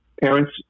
parents